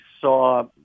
saw